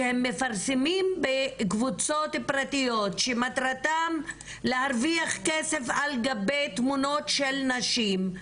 שהם מפרסמים בקבוצות פרטיות שמטרתם להרוויח כסף על גבי תמונות של נשים,